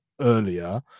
earlier